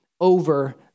over